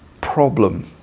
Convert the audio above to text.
problem